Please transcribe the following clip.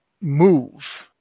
move